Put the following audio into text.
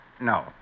no